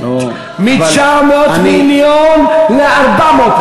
מ-900 מיליון ל-400 מיליון.